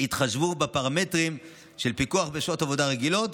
יתחשבו בפרמטרים של פיקוח בשעות עבודה רגילות,